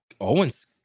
Owens